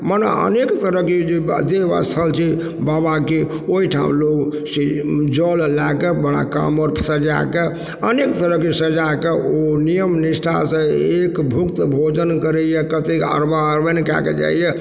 मने अनेक तरहके जे देव स्थल छै बाबाके ओइ ठाम लोकसँ जल लएके बड़ा काँवर सजायके अनेक तरहके सजाके ओ नियम निष्ठासँ एकभुक्त भोजन करएइ कतेक अरबा अरबनि कएके जाइए